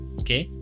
okay